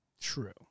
True